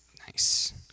Nice